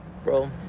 Bro